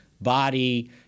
body